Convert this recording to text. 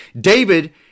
David